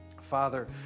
Father